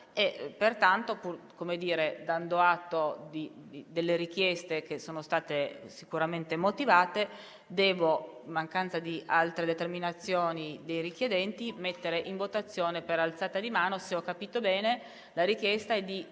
Pertanto, dando atto delle richieste che sono state sicuramente motivate, devo, in mancanza di altre determinazioni dei richiedenti, mettere in votazione per alzata di mano la richiesta di iniziare